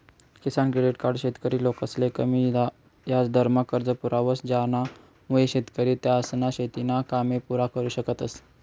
किसान credit card शेतकरी लोकसले कमी याजदरमा कर्ज पुरावस ज्यानामुये शेतकरी त्यासना शेतीना कामे पुरा करु शकतस